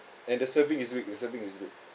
and the serving is big the serving is good